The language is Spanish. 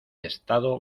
estado